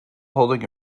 holding